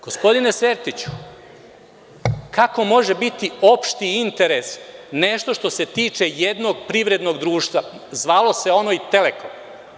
Gospodine Sertiću, kako može biti opšti interes nešto što se tiče jednog privrednog društva, zvalo se ono i „Telekom“